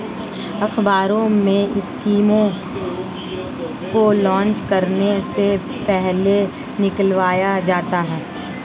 अखबारों में स्कीमों को लान्च करने से पहले निकलवाया जाता है